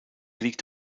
liegt